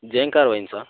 ಜೇಂಕಾರ್ ವೈನ್ಸಾ